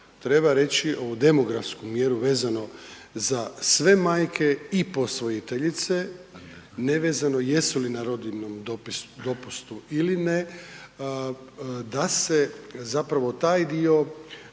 treba reći ovu demografsku mjeru vezano za sve majke i posvojiteljice, nevezano jesu li na rodiljnom dopustu ili ne, da se zapravo taj dio